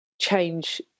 change